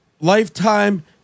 lifetime